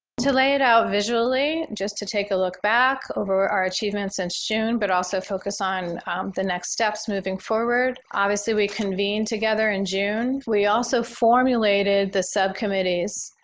to lay it out visually, just to take a look back over our achievement since june but also focus on the next steps moving forward. obviously, we convene together in june. we also formulated the subcommittees.